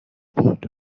بود